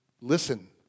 Listen